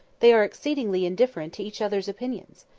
they are exceedingly indifferent to each other's opinions.